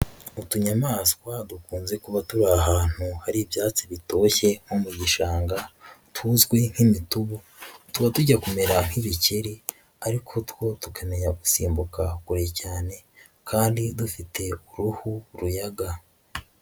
Utunyamaswa dukunze kuba tuba ahantu hari ibyatsi bitoshye nko mu gishanga tuzwi nk'imitubu tuba tujya kumera nk'ibikeri ariko two tukamenya gusimbuka kure cyane kandi dufite uruhu ruyaga.